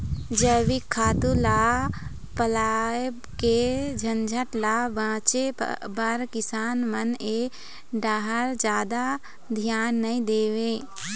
जइविक खातू ल पलोए के झंझट ल बाचे बर किसान मन ए डाहर जादा धियान नइ देवय